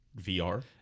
VR